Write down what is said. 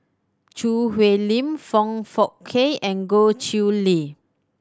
Choo Hwee Lim Foong Fook Kay and Goh Chiew Lye